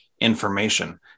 information